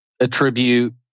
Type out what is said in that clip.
attribute